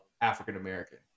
African-American